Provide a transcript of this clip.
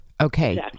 Okay